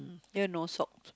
here no sock